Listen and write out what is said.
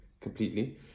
completely